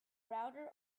router